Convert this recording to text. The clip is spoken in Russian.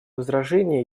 возражений